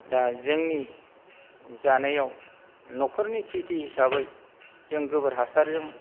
दा जोंनि जानायाव न'खरनि खेथि हिसाबै जों गोबोर हासारजों